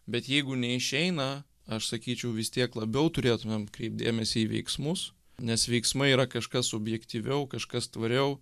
bet jeigu neišeina aš sakyčiau vis tiek labiau turėtumėm kreipt dėmesį į veiksmus nes veiksmai yra kažkas subjektyviau kažkas tvariau